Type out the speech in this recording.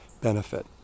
benefit